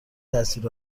تصویر